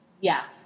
Yes